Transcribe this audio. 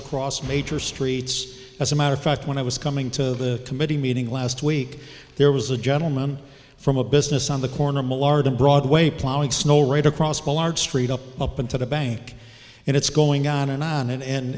across major streets as a matter of fact when i was coming to the committee meeting last week there was a gentleman from a business on the corner mullard on broadway plowing snow right across a large street up up into the bank and it's going on and on it and